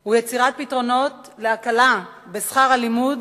הוא יצירת פתרונות להקלה בשכר הלימוד